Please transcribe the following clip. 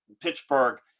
Pittsburgh